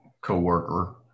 coworker